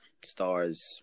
stars